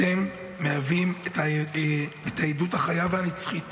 אתם מהווים את העדות החיה והנצחית